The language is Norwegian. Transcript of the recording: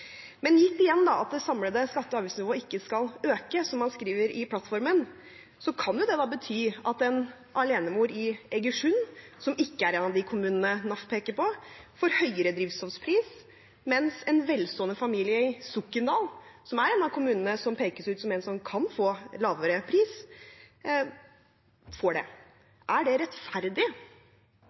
Men gitt igjen at det samlede skatte- og avgiftsnivået ikke skal øke, som man skriver i plattformen, kan jo det bety at en alenemor i Egersund – som ikke er en av de kommunene NAF peker på – får høyere drivstoffpris, mens en velstående familie i Sokndal, som er en av kommunene som pekes ut som en som kan få lavere pris, får det. Er det rettferdig?